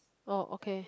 oh okay